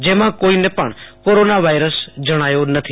જેમાં કોઈને પણ કોરોના વાઈરસ જણાયો નથી